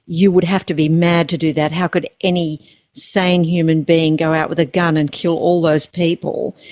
you would have to be mad to do that. how could any sane human being go out with a gun and kill all those people?